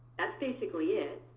that's basically it.